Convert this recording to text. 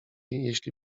jeśli